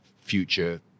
future